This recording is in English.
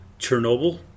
Chernobyl